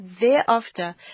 thereafter